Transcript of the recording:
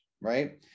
right